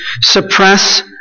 suppress